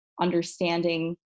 understanding